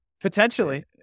potentially